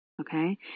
okay